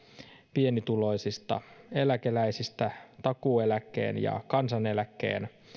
pienituloisista eläkeläisistä takuueläkkeen ja kansaneläkkeen